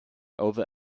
over